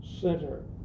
center